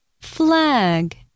flag